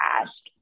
ask